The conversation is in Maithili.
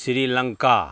श्रीलङ्का